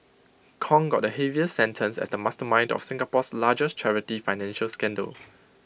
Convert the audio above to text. Kong got the heaviest sentence as the mastermind of Singapore's largest charity financial scandal